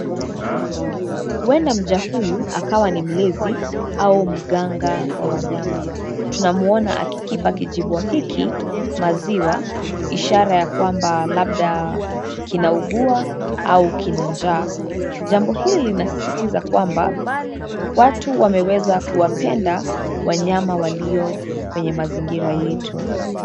Huenda mja huyu, akawa ni mlezi au mganga wa wanyama. Tunamuona akikipa kijibua hiki maziwa, ishara ya kwamba labda kinaugua au kina njaa. Jambo hili linasisitiza kwamba, watu wameweza kuwapenda wanyama walio kwenye mazingira yetu.